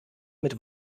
mit